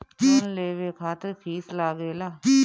Loan लेवे खातिर fees लागेला?